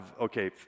okay